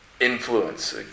influence